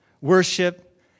worship